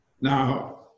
Now